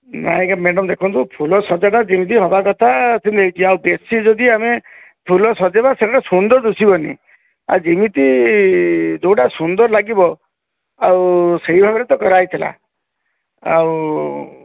ନାଇଁ ଆଜ୍ଞା ମ୍ୟାଡାମ୍ ଦେଖନ୍ତୁ ଫୁଲ ସଜା ହେବାଟା ଯେମିତି ହେବାକଥା ସେମିତି ହୋଇଛି ଆଉ ବେଶି ଯଦି ଆମେ ଫୁଲ ସଜେଇବା ସେଟା ସୁନ୍ଦର ଦିଶିବନି ଆଉ ଯେମିତି ଯେଉଁଟା ସୁନ୍ଦର ଲାଗିବ ଆଉ ସେଇ ଭାବରେ ତ କରା ହୋଇଥିଲା ଆଉ